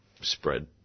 spread